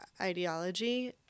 ideology